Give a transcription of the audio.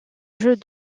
jeux